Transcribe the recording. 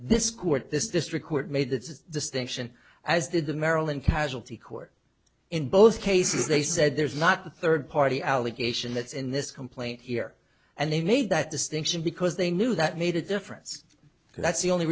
this court this district court made that distinction as did the maryland casualty court in both cases they said there's not a third party allegation that's in this complaint here and they made that distinction because they knew that made a difference that's the only